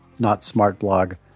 NotSmartBlog